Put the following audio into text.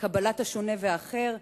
קבלת השונה והאחר,